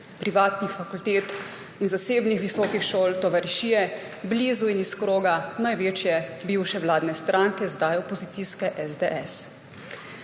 privatnih fakultet in zasebnih visokih šol, tovarišije blizu in iz kroga največje bivše vladne stranke, zdaj opozicijske SDS.